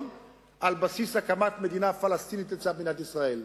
על בסיס הקמת מדינה פלסטינית לצד מדינת ישראל.